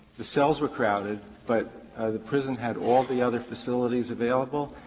the cells were crowded, but the prison had all the other facilities available,